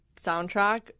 soundtrack